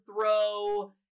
throw